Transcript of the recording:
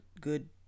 good